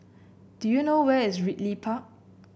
do you know where is Ridley Park